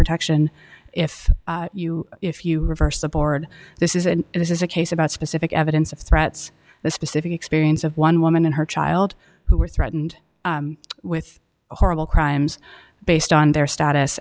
protection if you if you reverse the board this is and this is a case about specific evidence of threats the specific experience of one woman and her child who were threatened with horrible crimes based on their status